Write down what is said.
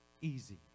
easy